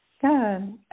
Good